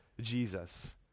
Jesus